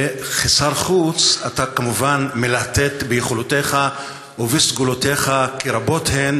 וכשר חוץ אתה כמובן מלהטט ביכולתך ובסגולותיך כי רבות הן,